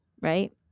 right